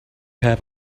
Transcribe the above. have